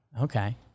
Okay